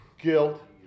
guilt